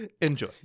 Enjoy